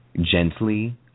gently